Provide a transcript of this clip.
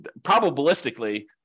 probabilistically